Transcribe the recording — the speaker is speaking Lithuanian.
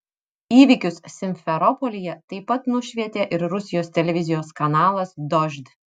įvykius simferopolyje taip pat nušvietė ir rusijos televizijos kanalas dožd